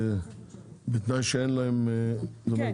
בתנאי שאין להם --- כן.